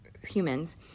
humans